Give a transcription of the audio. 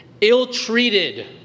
ill-treated